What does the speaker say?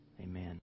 Amen